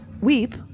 Weep